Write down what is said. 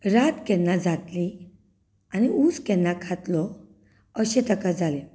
रात केन्ना जातली आनी ऊस केन्ना खातलो अशें ताका जालें